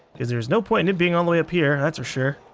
because there's no point in it being all the way up here that's for sure.